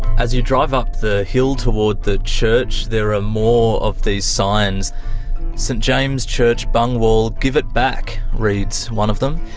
as you drive up the hill toward the church there are more of these signs st james church, but give it back', reads one of them.